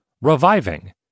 reviving